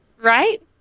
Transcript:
Right